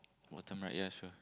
what time right ya sure